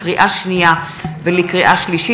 לקריאה שנייה ולקריאה שלישית,